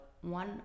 one